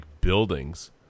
buildings